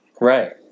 Right